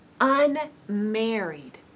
unmarried